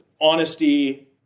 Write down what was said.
honesty